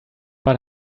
but